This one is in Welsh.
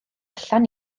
allan